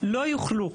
לא יוכלו,